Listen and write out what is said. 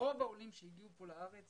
רוב העולים שהגיעו לארץ,